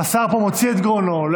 השר פה מוציא את גרונו,